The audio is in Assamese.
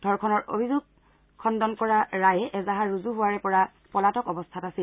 ধৰ্যণৰ অভিযোগ খণুন কৰা ৰায়ে এজাহাৰ ৰুজু হোৱাৰে পৰা পলাতক অৱস্থাত আছিল